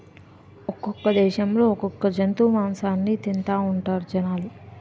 ఒక్కొక్క దేశంలో ఒక్కొక్క జంతువు మాసాన్ని తింతాఉంటారు జనాలు